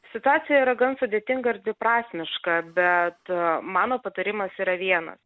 situacija yra gan sudėtinga ir dviprasmiška bet mano patarimas yra vienas